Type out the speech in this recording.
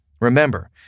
Remember